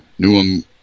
Newham